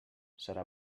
serà